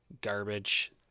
garbage